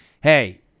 hey